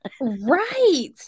Right